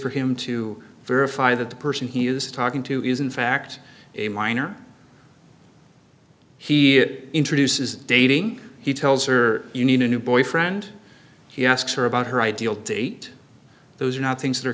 for him to verify that the person he is talking to is in fact a minor he it introduces dating he tells or you need a new boyfriend he asks her about her ideal date those are not things that are